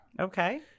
Okay